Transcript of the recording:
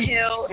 Hill